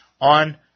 on